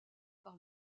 par